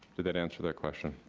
did that answer that question?